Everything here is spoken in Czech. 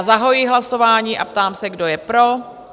Zahajuji hlasování a ptám se, kdo je pro?